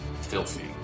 filthy